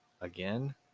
again